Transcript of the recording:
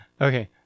Okay